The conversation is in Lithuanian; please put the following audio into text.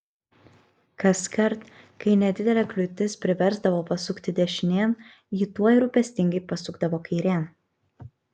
kaskart kai nedidelė kliūtis priversdavo pasukti dešinėn ji tuoj rūpestingai pasukdavo kairėn